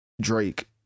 Drake